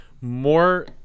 more